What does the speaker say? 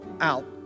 out